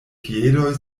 piedoj